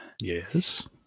Yes